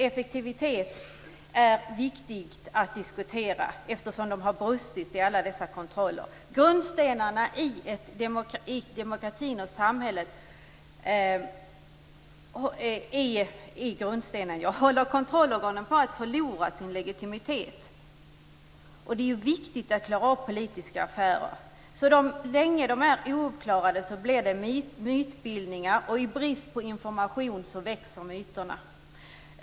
Det är viktigt att diskutera kontrollorganens effektivitet. De har ju brustit i alla dessa kontroller. Det är grundstenen i demokratin och samhället. Håller kontrollorganen på att förlora sin legitimitet? Det är viktigt att klara upp politiska affärer. Så länge de är ouppklarade blir det mytbildningar, och i brist på information växer myterna.